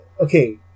Okay